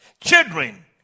Children